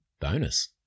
bonus